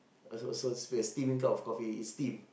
and also a a steaming cup of coffee is steam